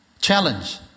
challenge